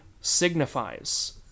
signifies